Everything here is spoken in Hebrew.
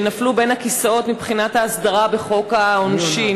שנפלו בין הכיסאות מבחינת ההסדרה בחוק העונשין,